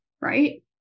right